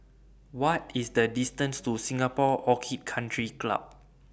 What IS The distance to Singapore Orchid Country Club